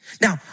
Now